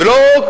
ולא,